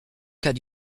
cas